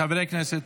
חברי כנסת,